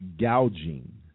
gouging